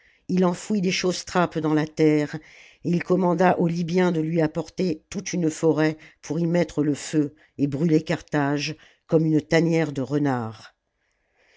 il enfouit des chausse trapes dans la terre et il commanda aux libyens de lui apporter toute une forêt pour y mettre le feu et brûler carthage comme une tanière de renards